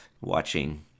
watching